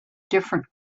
different